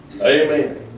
Amen